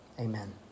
amen